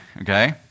okay